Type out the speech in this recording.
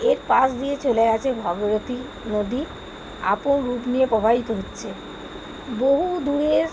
এর পাশ দিয়ে চলে গিয়েছে ভাগীরথী নদী আপন রূপ নিয়ে প্রবাহিত হচ্ছে বহু দূরের